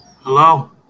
Hello